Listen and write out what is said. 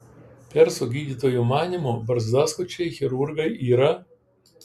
persų gydytojų manymu barzdaskučiai chirurgai yra